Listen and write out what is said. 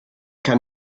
kann